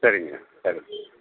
சரிங்க சரி